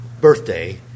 birthday